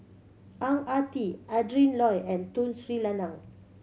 Ang Ah Tee Adrin Loi and Tun Sri Lanang